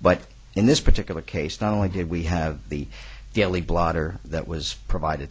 but in this particular case not only did we have the daily blotter that was provided